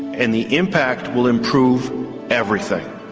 and the impact will improve everything.